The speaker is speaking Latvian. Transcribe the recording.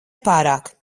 pārāk